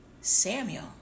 Samuel